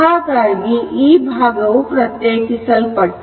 ಹಾಗಾಗಿ ಈ ಭಾಗವು ಪ್ರತ್ಯೇಕಿಸಲ್ಪಟ್ಟಿದೆ